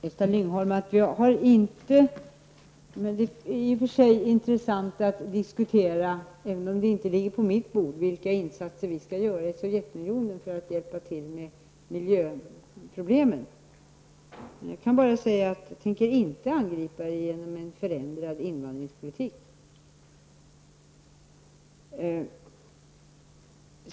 Fru talman! Får jag först säga till Gösta Lyngå att det i och för sig är intressant att diskutera, även om det inte ligger på mitt bord, vilka insatser vi skall göra i Sovjetunionen för att hjälpa till med miljöproblemen. Jag kan bara säga att jag inte tänker angripa de problemen genom en förändrad invandringspolitik.